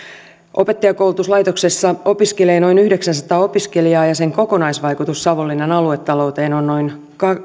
opettajankoulutuslaitoksessa opiskelee noin yhdeksänsataa opiskelijaa ja sen kokonaisvaikutus savonlinnan aluetalouteen on noin